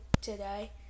today